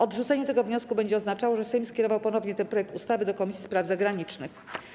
Odrzucenie tego wniosku będzie oznaczało, że Sejm skierował ponownie ten projekt ustawy do Komisji Spraw Zagranicznych.